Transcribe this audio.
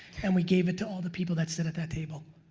and we gave it to all the people that sit at that table,